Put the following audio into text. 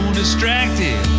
distracted